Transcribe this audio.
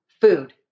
food